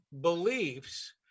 beliefs